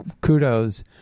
kudos